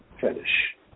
fetish